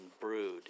brewed